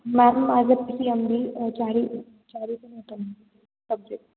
ma'am माझं P M B चारी चारी सब्जेक्ट